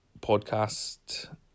podcast